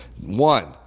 one